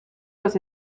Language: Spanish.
los